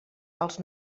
els